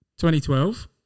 2012